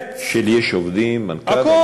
יש עובדים, מנכ"ל.